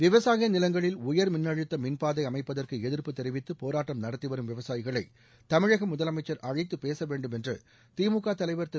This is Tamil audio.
விவசாய நிலங்களில் உயர் மின்அழுத்த மின்பாதை அமைப்பதற்கு எதிர்ப்பு தெரிவித்து போராட்டம் நடத்தி வரும் விவசாயிகளை தமிழக முதலமைச்சர் அழைத்துப் பேச வேண்டும் என்று திமுக தலைவர் திரு